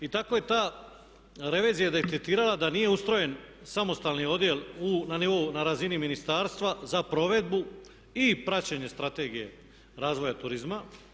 I tako je ta revizija detektirala da nije ustrojen samostalni odjel na nivou, na razini ministarstva za provedbu i praćenje Strategije razvoja turizma.